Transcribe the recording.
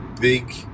big